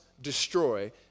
destroy